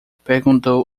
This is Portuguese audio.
perguntou